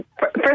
First